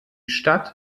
stadt